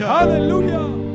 Hallelujah